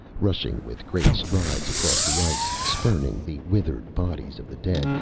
rushing with great strides across the ice, spurning the withered bodies of the dead.